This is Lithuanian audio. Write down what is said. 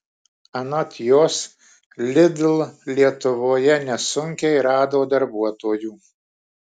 anot jos lidl lietuvoje nesunkiai rado darbuotojų